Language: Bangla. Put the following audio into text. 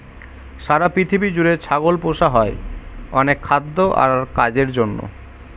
সারা পৃথিবী জুড়ে ছাগল পোষা হয় অনেক খাদ্য আর কাজের জন্য